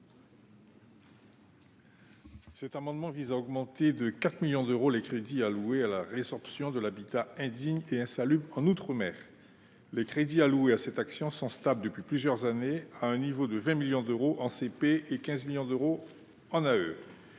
Cet amendement vise à augmenter de 4 millions d'euros les crédits dédiés à la résorption de l'habitat indigne et insalubre en outre-mer. Les crédits alloués à cette action sont stables depuis plusieurs années, à hauteur de 20 millions d'euros en crédits de paiement